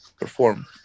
perform